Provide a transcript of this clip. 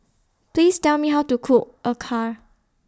Please Tell Me How to Cook Acar